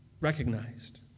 recognized